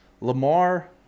Lamar